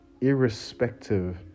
irrespective